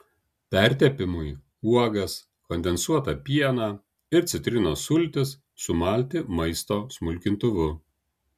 pertepimui uogas kondensuotą pieną ir citrinos sultis sumalti maisto smulkintuvu